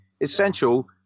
essential